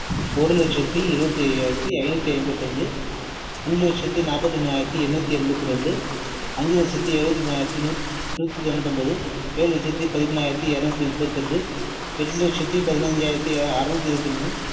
ஒரு லட்சத்தி இருபத்தி ஐயாயிரத்தி ஐநூற்றி ஐம்பத்தஞ்சு மூணு லட்சத்தி நாற்பத்தி மூணாயிரத்தி எண்ணூற்றி எண்பத்தி ரெண்டு அஞ்சு லட்சத்தி எழுபத்தி மூணாயிரத்தி நூத் நூற்றி தொண்ணூத்தொன்போது ஏழு லட்சத்தி பதிமூணாயிரத்தி இரநூத்தி முப்பத்தெட்டு எட்டு லட்சத்தி பதினஞ்சாயிரத்தி அறுநூத்தி இருபத்தி மூணு